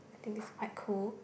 I think is quite cool